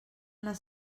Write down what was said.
les